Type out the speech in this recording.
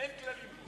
אין כללים פה.